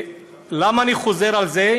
ולמה אני חוזר על זה?